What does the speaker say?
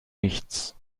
nichts